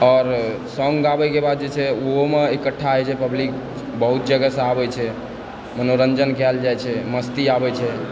आओर सॉन्ग गाबैके बाद जे छै से ओहोमे इकठ्ठा होइ छै पब्लिक बहुत जगहसँ आबै छै मनोरञ्जन कयल जाइ छै मस्ती आबै छै